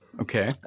okay